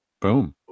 Boom